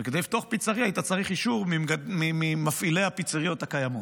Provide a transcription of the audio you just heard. וכדי לפתוח פיצרייה היית צריך אישור ממפעילי הפיצריות הקיימות.